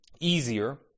easier